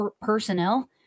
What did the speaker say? personnel